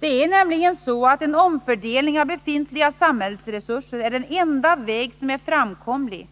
Det är nämligen så att en omfördelning av befintliga samhällsresurser är den enda väg som är framkomlig